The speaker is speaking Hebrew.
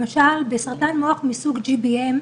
למשל, בסרטן מוח מסוג GBM,